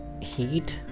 heat